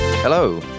Hello